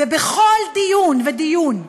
ובכל דיון ודיון,